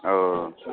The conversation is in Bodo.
औ